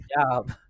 job